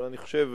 אבל אני חושב,